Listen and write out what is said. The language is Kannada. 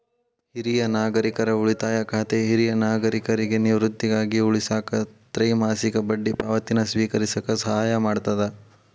ಹಿರಿಯ ನಾಗರಿಕರ ಉಳಿತಾಯ ಖಾತೆ ಹಿರಿಯ ನಾಗರಿಕರಿಗಿ ನಿವೃತ್ತಿಗಾಗಿ ಉಳಿಸಾಕ ತ್ರೈಮಾಸಿಕ ಬಡ್ಡಿ ಪಾವತಿನ ಸ್ವೇಕರಿಸಕ ಸಹಾಯ ಮಾಡ್ತದ